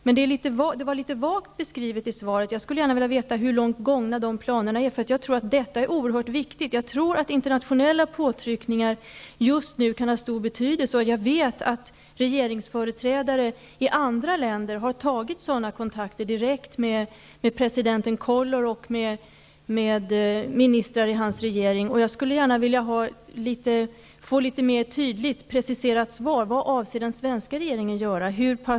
Det var dock litet vagt beskrivet i svaret. Jag skulle gärna vilja veta hur långt gångna de planerna är. Detta är oerhört viktigt. Jag tror att internationella påtryckningar kan ha stor betydelse just nu. Jag vet att regeringsföreträdare i andra länder har tagit sådana kontakter direkt med president Collor och med ministrar i hans regering. Jag skulle gärna vilja få det litet mer tydligt preciserat vad den svenska regeringen avser att göra.